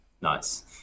nice